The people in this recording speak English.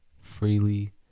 freely